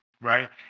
right